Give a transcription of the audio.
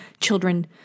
children